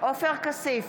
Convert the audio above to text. עופר כסיף,